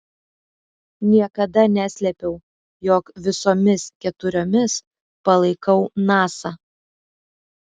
niekada neslėpiau jog visomis keturiomis palaikau nasa